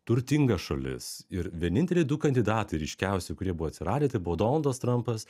turtinga šalis ir vieninteliai du kandidatai ryškiausi kurie buvo atsiradę tai buvo donaldas trampas